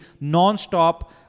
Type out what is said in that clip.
non-stop